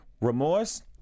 remorse